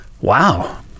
Wow